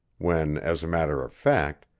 when, as a matter of fact,